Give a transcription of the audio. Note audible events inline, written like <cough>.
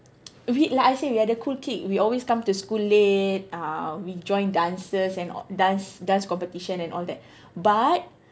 <noise> we like I say we are like the cool kid we always come to school late uh we join dances and all and dance dance competition and all that but